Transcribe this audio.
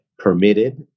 Permitted